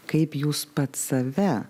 kaip jūs pats save